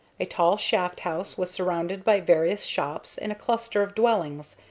a tall shaft-house was surrounded by various shops and a cluster of dwellings,